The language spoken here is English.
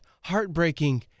Heartbreaking